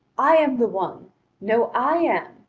i am the one no, i am.